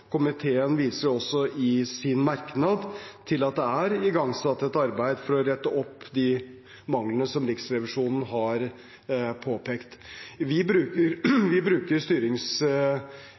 komiteen viser jo også i sin merknad til at det er igangsatt et arbeid for å rette opp de manglene som Riksrevisjonen har påpekt. Vi bruker